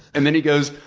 and then he goes,